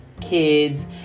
kids